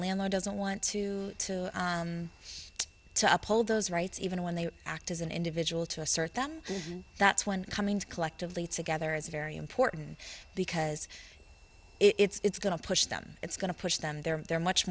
landlord doesn't want to to uphold those rights even when they act as an individual to assert them that's when cummings collectively together is very important because it's going to push them it's going to push them there they're much